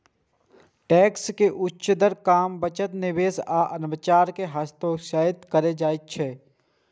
tax के उच्च दर काम, बचत, निवेश आ नवाचार कें हतोत्साहित करै छै